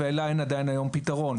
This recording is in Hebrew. ולה אין היום פתרון,